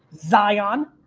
zion,